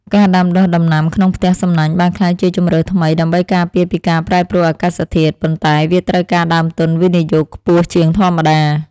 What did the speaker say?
ការដាំដុះដំណាំក្នុងផ្ទះសំណាញ់បានក្លាយជាជម្រើសថ្មីដើម្បីការពារពីការប្រែប្រួលអាកាសធាតុ ប៉ុន្តែវាត្រូវការដើមទុនវិនិយោគខ្ពស់ជាងធម្មតា។